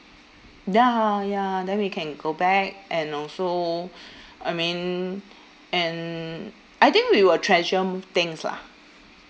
ya ya then we can go back and also I mean and I think we will treasure m~ things lah